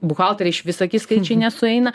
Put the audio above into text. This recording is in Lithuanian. buhalteriai iš vis sakys skaičiai nesueina